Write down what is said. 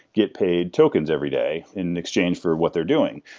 get paid tokens every day in exchange for what they're doing.